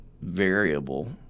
variable –